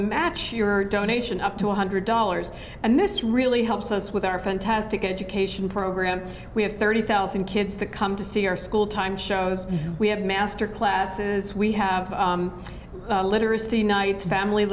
match your donation up to one hundred dollars and this really helps us with our fantastic education program we have thirty thousand kids that come to see our school time shows we have master classes we have literacy nights family